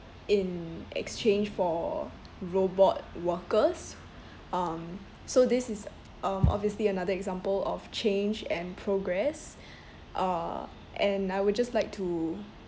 in exchange for robot workers um so this is um obviously another example of change and progress uh and I would just like to